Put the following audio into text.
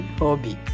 hobby